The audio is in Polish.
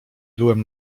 byłem